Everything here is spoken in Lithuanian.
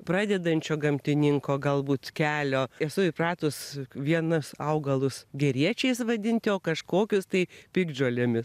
pradedančio gamtininko galbūt kelio esu įpratus vienus augalus geriečiais vadinti kažkokius tai piktžolėmis